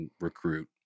recruit